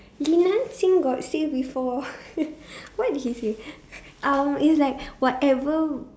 got say before what did he say um it's like whatever